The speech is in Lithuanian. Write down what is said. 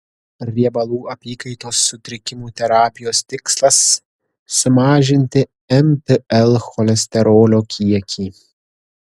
riebalų apykaitos sutrikimų terapijos tikslas sumažinti mtl cholesterolio kiekį